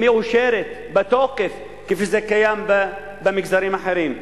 מאושרת, בתוקף, כפי שזה קיים במגזרים אחרים.